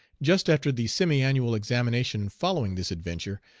just after the semiannual examination following this adventure,